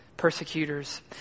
Persecutors